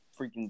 freaking